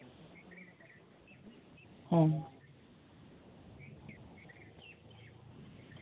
ᱦᱮᱸ